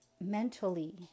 mentally